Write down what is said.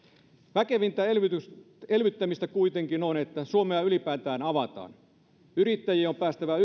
väkevintä elvyttämistä elvyttämistä kuitenkin on että suomea ylipäätään avataan yrittäjien on päästävä